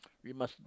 we must